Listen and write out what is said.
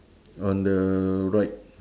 on the right